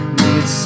need